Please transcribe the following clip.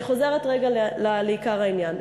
אני חוזרת רגע לעיקר העניין.